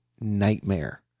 nightmare